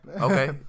Okay